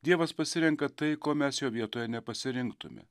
dievas pasirenka tai ko mes jo vietoje nepasirinktume